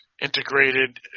integrated